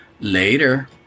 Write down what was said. Later